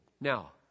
Now